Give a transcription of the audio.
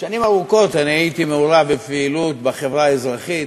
שנים ארוכות הייתי מעורב בפעילות בחברה האזרחית,